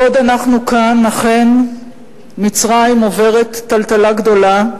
בעוד אנחנו כאן, אכן מצרים עוברת טלטלה גדולה,